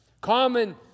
common